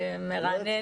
זה מרענן.